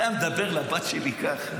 זה, היה מדבר לבת שלי ככה.